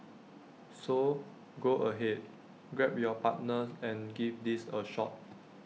so go ahead grab your partner and give these A shot